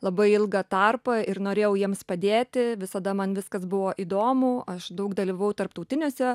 labai ilgą tarpą ir norėjau jiems padėti visada man viskas buvo įdomu aš daug dalyvavau tarptautinėse